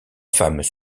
femmes